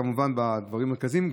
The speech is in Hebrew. כמובן בדברים המרכזיים,